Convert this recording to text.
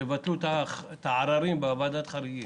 שתבטלו את העררים בוועדת החריגים.